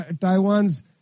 Taiwan's